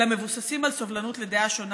אלא מבוססים על סובלנות לדעה שונה,